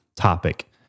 topic